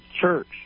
church